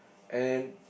and